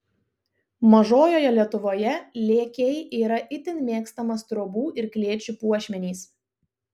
mažojoje lietuvoje lėkiai yra itin mėgstamas trobų ir klėčių puošmenys